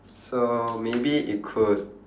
so maybe it could